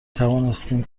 توانستیم